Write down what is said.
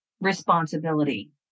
responsibility